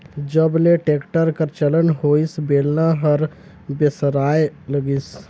जब ले टेक्टर कर चलन होइस बेलना हर बिसराय लगिस